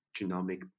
genomic